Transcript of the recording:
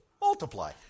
Multiply